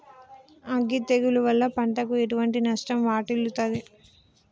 అగ్గి తెగులు వల్ల పంటకు ఎటువంటి నష్టం వాటిల్లుతది?